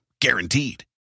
Guaranteed